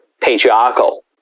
patriarchal